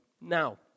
Now